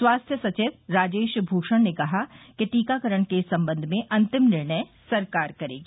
स्वास्थ्य सचिव राजेश भूषण ने कहा कि टीकाकरण के बारे में अंतिम निर्णय सरकार करेगी